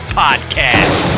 podcast